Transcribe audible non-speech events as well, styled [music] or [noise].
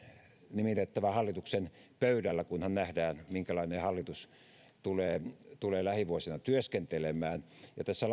nimitettävän hallituksen pöydällä kunhan nähdään minkälainen hallitus tulee tulee lähivuosina työskentelemään tässä [unintelligible]